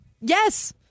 Yes